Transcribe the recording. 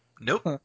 Nope